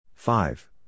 Five